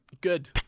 Good